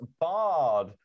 Bard